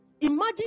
imagine